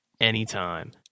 anytime